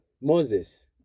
Moses